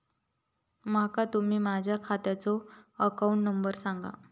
माका तुम्ही माझ्या खात्याचो अकाउंट नंबर सांगा?